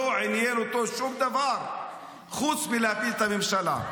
לא עניין אותו שום דבר חוץ מלהפיל את הממשלה.